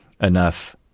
enough